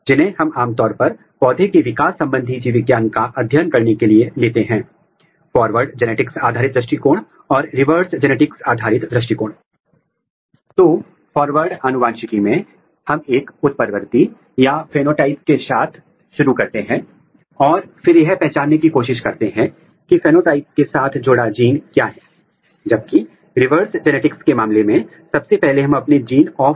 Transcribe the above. इसलिए यदि आप रिवर्स जेनेटिक आधारित दृष्टिकोण के माध्यम से किसी विशेष जीन के कार्य का अध्ययन करना चाहते हैं तो आपको क्या करना है की आपको बहुत ही सावधानी से यह अध्ययन करना है कि एक्सप्रेशन का पैटर्न क्या है विशेष रुप से क्या यह स्पेसीएल और टेंपोरल एक्सप्रेशन पैटर्न है